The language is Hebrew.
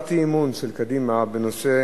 הצעת האי-אמון של קדימה בנושא